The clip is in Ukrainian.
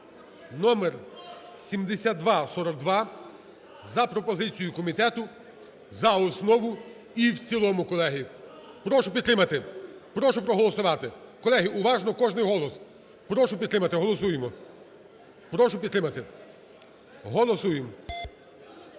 (№ 7242) за пропозицією комітету за основу і в цілому, колеги. Прошу підтримати, прошу проголосувати. Колеги, уважно кожний голос. Прошу підтримати. Голосуємо. Прошу підтримати. Голосуємо.